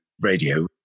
radio